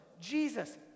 Jesus